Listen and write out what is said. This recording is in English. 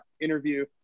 interview